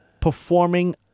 performing